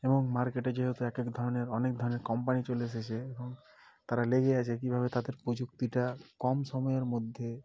এবং মার্কেটে যেহেতু এক এক ধরনের অনেক ধরনের কোম্পানি চলে এসেছে এবং তারা লেগেই আছে কীভাবে তাদের প্রযুক্তিটা কম সময়ের মধ্যে